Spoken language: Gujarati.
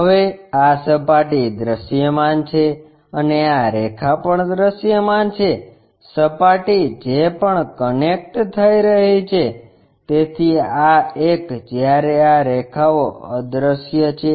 હવે આ સપાટી દૃશ્યમાન છે અને આ રેખા પણ દૃશ્યમાન છે સપાટી જે પણ કનેક્ટ થઈ રહી છે તેથી આ એક જ્યારે આ રેખાઓ અદ્રશ્ય છે